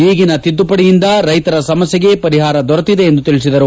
ಈಗಿನ ತಿದ್ದುಪಡಿಯಿಂದ ರೈತರ ಸಮಸ್ಲೆಗೆ ಪರಿಹಾರ ದೊರೆತಿದೆ ಎಂದು ತಿಳಿಸಿದರು